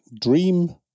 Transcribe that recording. dream